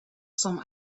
some